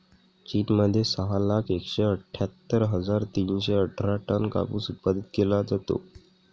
चीन मध्ये सहा लाख एकशे अठ्ठ्यातर हजार तीनशे अठरा टन कापूस उत्पादित केला जातो